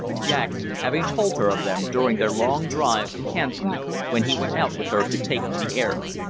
jack having told her of them during their long drives in hansoms when he went out with her to take the air.